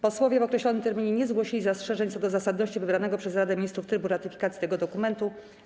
Posłowie w określonym terminie nie zgłosili zastrzeżeń co do zasadności wybranego przez Radę Ministrów trybu ratyfikacji tego dokumentu.